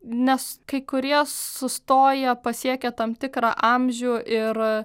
nes kai kurie sustoja pasiekę tam tikrą amžių ir